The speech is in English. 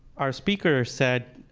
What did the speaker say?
our speaker said,